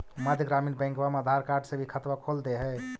मध्य ग्रामीण बैंकवा मे आधार कार्ड से भी खतवा खोल दे है?